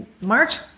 March